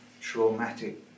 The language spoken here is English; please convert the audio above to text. traumatic